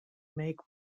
make